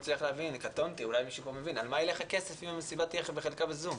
אם המסיבה תהיה בחלקה ב-זום?